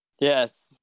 Yes